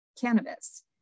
cannabis